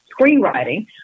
Screenwriting